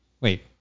Wait